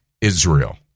Israel